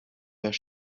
their